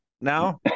now